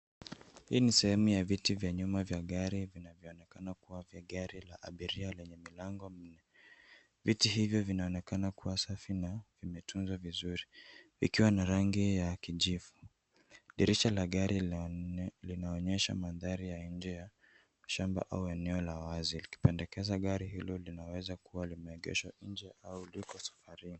Hii ni sehemu ya viti vya nyuma vya gari vinavyoonekana kuwa vya gari la abiria lenye milango minne. Viti hivyo vinaonekana kuwa safi na vimetunzwa vizuri ,ikiwa na rangi ya kijivu. Dirisha la gari linaonyesha mandhari ya nje ya shamba au eneo la wazi likipendekeza gari hilo linaweza kuwa limeegeshwa nje au liko safarini.